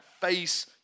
face